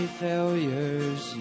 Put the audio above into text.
failures